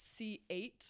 C8